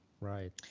Right